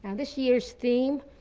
and this year's theme,